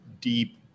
deep